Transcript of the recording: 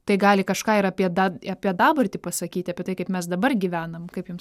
tai gali kažką ir apie da apie dabartį pasakyti apie tai kaip mes dabar gyvenam kaip jums